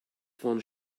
von